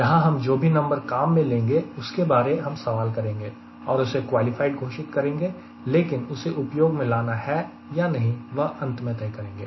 यहां हम जो भी नंबर काम में लेंगे उसके बारे हम सवाल करेंगे और उसे क्वालिफाइड घोषित करेंगे लेकिन उसे उपयोग में लाना है या नहीं वह अंत में तय करेंगे